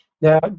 Now